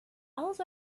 owls